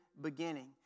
beginning